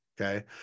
okay